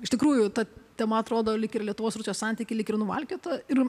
iš tikrųjų ta tema atrodo lyg ir lietuvos rusijos santykiai lyg ir nuvalkiota ir